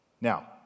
Now